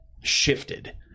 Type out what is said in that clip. shifted